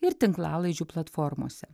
ir tinklalaidžių platformose